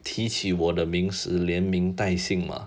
提起我的名字连名带姓 mah